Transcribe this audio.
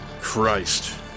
Christ